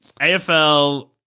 AFL